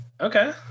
Okay